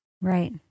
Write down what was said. Right